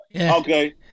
Okay